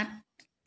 আঠ